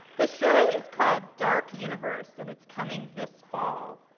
the show is called dark universe and it's coming this fall.